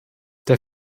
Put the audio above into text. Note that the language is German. der